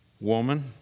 woman